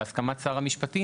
בהסכמת שר המשפטים,